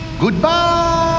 Goodbye